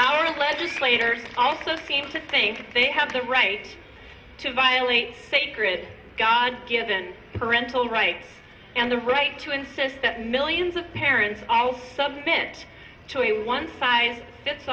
our legislators also seem to think they have the right to violate sacred god given parental rights and the right to insist that millions of parents all sub it to a one size fits